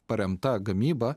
paremta gamyba